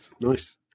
Nice